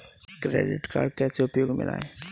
Credit card कैसे उपयोग में लाएँ?